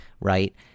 right